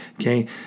okay